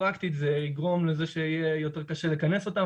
פרקטית זה יגרום לזה שיהיה יותר קשה לכנס אותם,